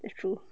it's true